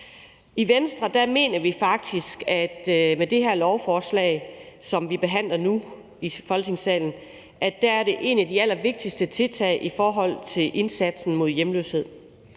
I Venstre mener vi faktisk, at det i forbindelse med det her lovforslag, som vi behandler nu i Folketingssalen, er et af de allervigtigste tiltag i forhold til indsatsen mod hjemløshed.